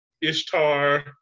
Ishtar